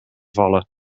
vallen